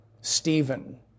Stephen